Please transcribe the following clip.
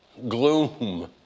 gloom